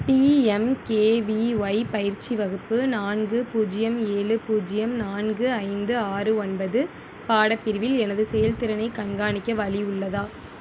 PMKVY பயிற்சி வகுப்பு நான்கு பூஜ்யம் ஏலு பூஜ்யம் நான்கு ஐந்து ஆறு ஒன்பது பாடப்பிரிவில் எனது செயல்திறனைக் கண்காணிக்க வழி உள்ளதா